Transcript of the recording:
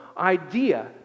idea